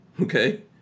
Okay